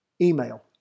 Email